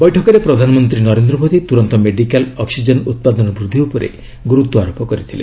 ବୈଠକରେ ପ୍ରଧାନମନ୍ତ୍ରୀ ନରେନ୍ଦ୍ର ମୋଦି ତୁରନ୍ତ ମେଡିକାଲ୍ ଅକ୍ଟିଜେନ୍ ଉତ୍ପାଦନ ବୂଦ୍ଧି ଉପରେ ଗୁରୁତ୍ୱାରୋପ କରିଛନ୍ତି